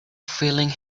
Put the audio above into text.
feeling